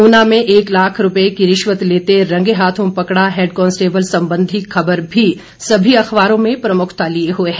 ऊना में एक लाख रूपए की रिश्वत लेते रंगे हाथों पकड़ा हैड कांस्टेबल संबंधी खबर भी सभी अखबारों में प्रमुखता लिए हुए है